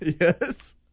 Yes